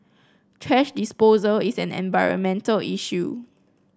thrash disposal is an environmental issue